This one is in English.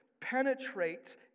penetrates